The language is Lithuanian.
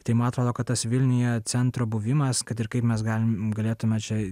tai man atrodo kad tas vilniuje centro buvimas kad ir kai mes galim galėtume čia